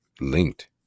linked